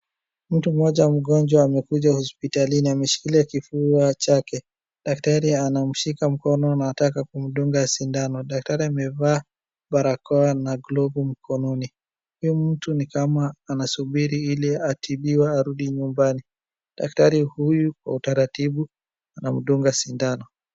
Mtu mmoja mgonjwa amekuja hospitalini, ameshikilia kifua chake. Daktari anamshika mkono, anataka kumdunga sindano. Daktari amevaa barakoa na glovu mkononi. Huyu mtu ni kama anasubiri ili atibiwe arudi nyumbani. Daktari huyu kwa utaratibu anamdunga sindano.